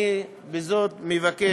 אני בזאת מבקש,